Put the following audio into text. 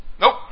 Nope